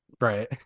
Right